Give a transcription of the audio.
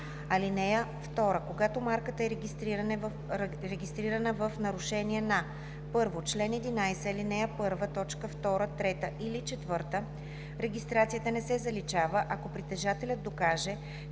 2 и 11. (2) Когато марката е регистрирана в нарушение на: 1. чл. 11, ал. 1, т. 2, 3 или 4, регистрацията не се заличава, ако притежателят докаже,